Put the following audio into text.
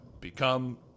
become